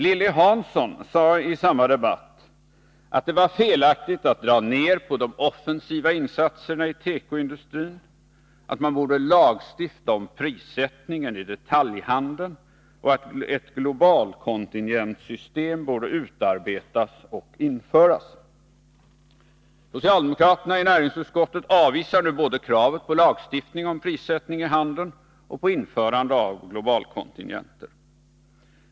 Lilly Hansson sade i samma debatt, att det var felaktigt att dra ner på de offentliga insatserna i tekoindustrin, att man borde lagstifta om prissättningen i detaljhandeln och att ett globalkontingentsystem borde utarbetas och införas. Socialdemokraterna i näringsutskottet avvisar nu både kravet på lagstiftning om prissättning i handeln och kravet på införande av globalkontingenter.